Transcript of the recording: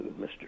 Mr